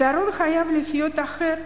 הפתרון חייב להיות אחר,